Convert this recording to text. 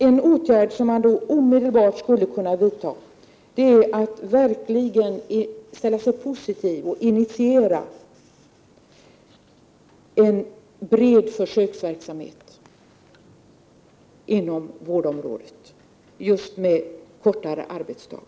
En åtgärd som omedelbart skulle kunna vidtas är att verkligen ställa sig positiv till och initiera en bred försöksverksamhet med kortare arbetsdag inom vårdområdet.